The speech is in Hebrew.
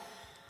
תודה רבה.